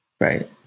Right